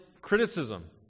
criticism